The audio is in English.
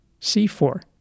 C4